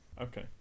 Okay